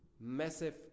Massive